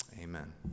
Amen